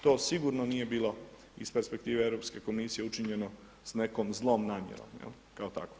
To sigurno nije bilo iz perspektive Europske komisije učinjeno s nekom zlom namjerom kao takvo.